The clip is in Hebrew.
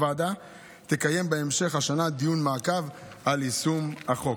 הוועדה תקיים בהמשך השנה דיון מעקב על יישום החוק.